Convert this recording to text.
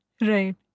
Right